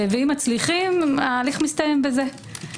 אם מצליחים ההליך מסתיים בזה.